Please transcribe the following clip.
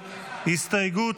הסתייגות,